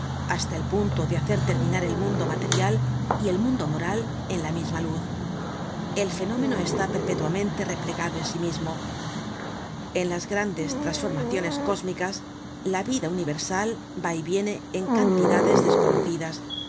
hasta el punto de hacer terminar el mundo material y el mundo moral en la misma luz el fenómeno está perpetuamente replegado en sí mismo en las grandes trasformaciones cósmicas la vida universal va y viene en cantidades desconocidas